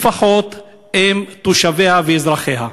לפחות עם תושביה ואזרחיה.